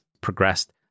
progressed